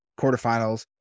quarterfinals